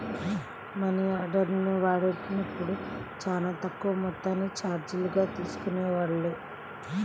మనియార్డర్ని వాడినప్పుడు చానా తక్కువ మొత్తాన్ని చార్జీలుగా తీసుకునేవాళ్ళు